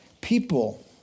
People